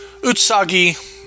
Utsagi